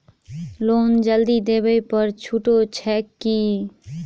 Loan जल्दी देबै पर छुटो छैक की?